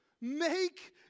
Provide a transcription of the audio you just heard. Make